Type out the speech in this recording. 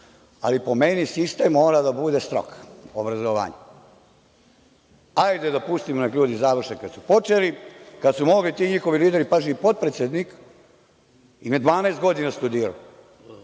ali po meni sistem mora da bude strog, obrazovanja. Hajde da pustimo da ljudi završe kada su počeli, kada su mogli ti njihovi lideri, pazi, potpredsednik im je 12 godina studirao.